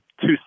Two